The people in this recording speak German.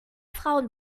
frauen